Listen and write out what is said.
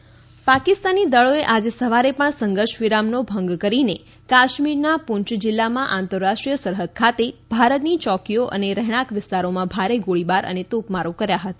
સંઘર્ષ વિરામ પાકિસ્તાની દળોએ આજે સવારે પણ સંઘર્ષ વિરામનો ભંગ કરીને કાશ્મીરના પૂંચ જિલ્લામાં આંતરરાષ્ટ્રીય સરહદ ખાતે ભારતની ચોકીઓ અને રહેણાંક વિસ્તારોમાં ભારે ગોળીબાર અને તોપમારો કર્યા હતા